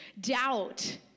doubt